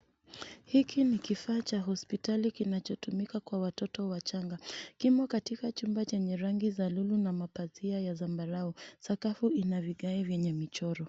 Hiki ni kifaa cha hospitali kinachotumika kwa watoto wachanga, kimo katika chumba chenye rangi za lulu na mapazia ya zambarau. Sakafu ina vigae vyenye mchoro.